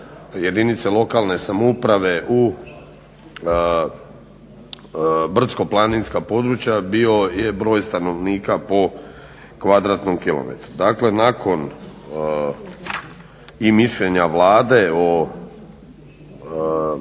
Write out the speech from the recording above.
jedinice lokalne samouprave u brdsko-planinska područja bio je broj stanovnika po kvadratnom kilometru. Dakle, nakon i mišljenja Vlade o sva